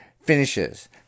finishes